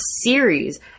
series